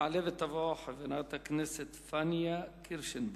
תעלה ותבוא חברת הכנסת פניה קירשנבאום.